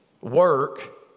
Work